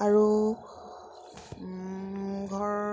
আৰু ঘৰ